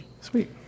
Sweet